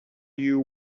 you